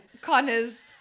Connor's